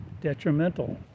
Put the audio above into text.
detrimental